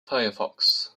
firefox